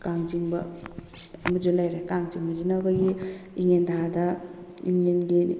ꯀꯥꯡ ꯆꯤꯡꯕ ꯑꯃꯁꯨ ꯂꯩꯔꯦ ꯀꯥꯡ ꯆꯤꯡꯕꯁꯤꯅ ꯑꯩꯈꯣꯏꯒꯤ ꯏꯉꯦꯟ ꯊꯥꯗ ꯏꯉꯦꯟꯒꯤ